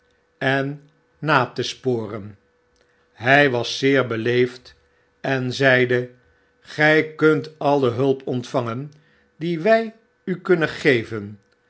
en na te sporen hij was zeer beleefd en zeide gij zult alle hulp ontvangen die wy u kunnen geven